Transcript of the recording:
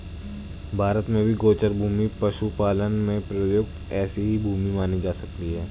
भारत में भी गोचर भूमि पशुपालन में प्रयुक्त ऐसी ही भूमि मानी जा सकती है